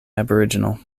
aboriginal